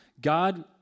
God